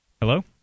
Hello